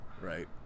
right